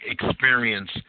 experience